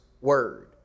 word